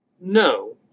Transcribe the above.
No